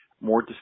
more